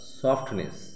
softness